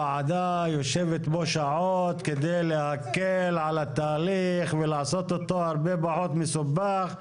הוועדה יושבת פה שעות כדי להקל על התהליך ולעשות אותו הרבה פחות מסובך.